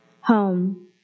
Home